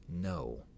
No